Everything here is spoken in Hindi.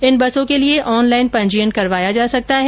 इन बसों के लिए ऑनलाइन पंजीयन करवाया जा सकता है